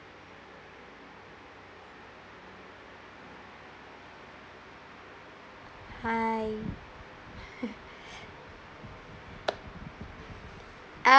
hi